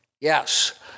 Yes